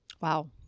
Wow